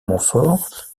montfort